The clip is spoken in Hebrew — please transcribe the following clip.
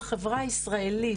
בחברה הישראלית,